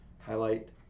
Highlight